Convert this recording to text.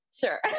Sure